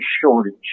shortage